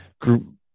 group